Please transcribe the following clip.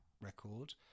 record